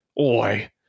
Oi